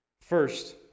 First